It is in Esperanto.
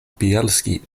bjelski